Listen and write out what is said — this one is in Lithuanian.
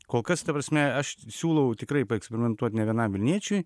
kol kas ta prasme aš siūlau tikrai paeksperimentuot ne vienam vilniečiui